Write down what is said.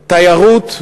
התיירות,